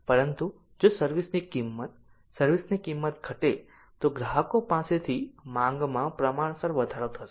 પરંતુ જો સર્વિસ ની કિંમત સર્વિસ ની કિંમત ઘટે તો ગ્રાહકો પાસેથી માંગમાં પ્રમાણસર વધારો થશે